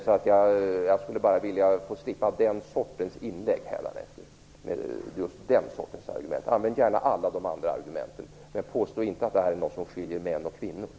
Hädanefter skulle jag bara vilja slippa den här sortens inlägg med just den typen av argument. Använd gärna alla de andra argumenten, men påstå inte att detta är något skiljer män och kvinnor åt.